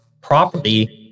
property